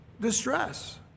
distress